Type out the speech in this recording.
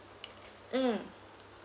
mm